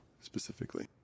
specifically